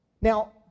Now